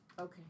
Okay